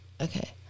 Okay